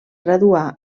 graduà